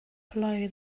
play